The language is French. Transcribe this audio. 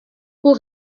pour